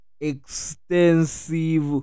extensive